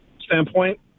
standpoint